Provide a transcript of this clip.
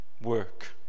work